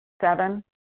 Seven